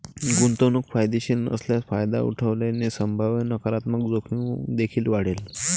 गुंतवणूक फायदेशीर नसल्यास फायदा उठवल्याने संभाव्य नकारात्मक जोखीम देखील वाढेल